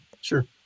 Sure